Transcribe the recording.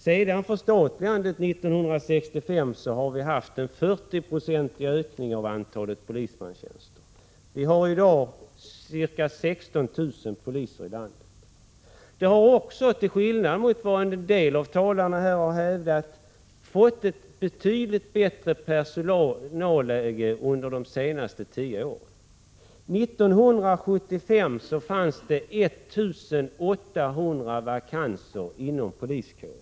Sedan förstatligandet 1965 har vi haft en 40-procentig ökning av antalet polismanstjänster. Vi har i dag ca 16 000 poliser i landet. Vi har också, till skillnad från vad en del av talarna här har hävdat, fått ett betydligt bättre personalläge under de senaste tio åren. År 1975 fanns det 1 800 vakanser inom poliskåren.